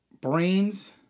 Brains